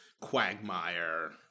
quagmire